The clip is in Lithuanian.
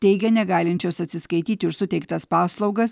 teigia negalinčios atsiskaityti už suteiktas paslaugas